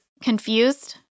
confused